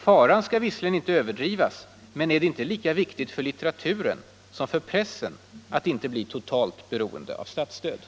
Faran skall visserligen inte överdrivas, men är det inte lika viktigt för litteraturen som för pressen att inte bli totalt beroende av statsstöd?”